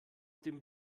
dem